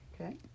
okay